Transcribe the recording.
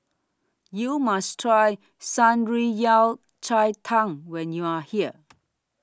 YOU must Try Shan Rui Yao Cai Tang when YOU Are here